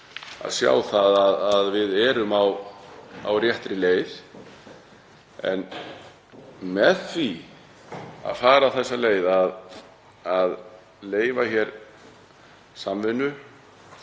við sjáum að við erum á réttri leið. En með því að fara þessa leið, að leyfa samvinnu